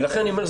ולכן אני אומר,